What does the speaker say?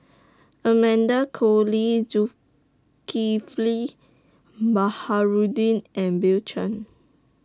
Amanda Koe Lee Zulkifli Baharudin and Bill Chen